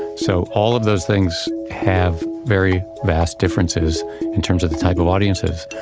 so all of those things have very vast differences in terms of the type of audiences.